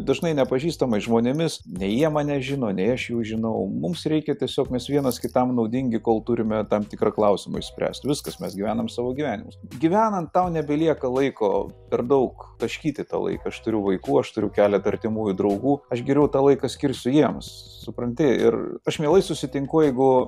dažnai nepažįstamais žmonėmis nei jie mane žino nei aš jau žinau mums reikia tiesiog mes vienas kitam naudingi kol turime tam tikrą klausimą išspręsti viskas mes gyvenam savo gyvenimus gyvenant tau nebelieka laiko per daug taškyti tą laiką aš turiu vaikų aš turiu keletą artimųjų draugų aš geriau tą laiką skirsiu jiems supranti ir aš mielai susitinku jeigu